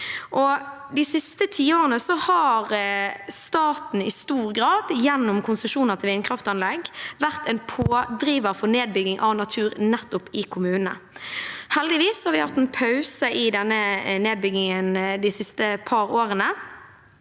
De siste tiårene har staten i stor grad gjennom konsesjoner til vindkraftanlegg vært en pådriver for nedbygging av natur nettopp i kommunene. Heldigvis har vi hatt en pause i denne nedbyggingen de siste par årene.